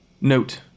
Note